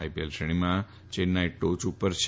IPL શ્રેણીમાં ચેન્નાઈ ટોચ પર છે